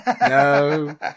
No